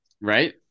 Right